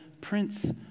Prince